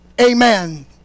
amen